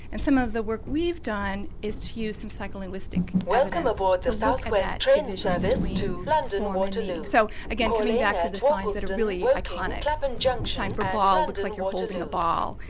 and some of the work we've done is to use some psycholinguistic evidence to look at that division between form and meaning. so again coming back to the signs that are really iconic the sign for ball looks like you're holding a ball,